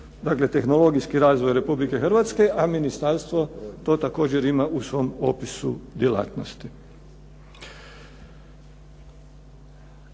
dakle tehnologijski razvoj Republike Hrvatske, a ministarstvo to također ima u svom opisu djelatnosti.